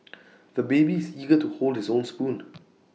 the baby is eager to hold his own spoon